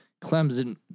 Clemson